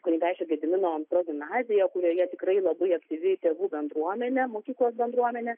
kunigaikščio gedimino progimnaziją kurioje tikrai labai aktyvi tėvų bendruomenė mokyklos bendruomenė